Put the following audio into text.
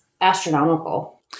astronomical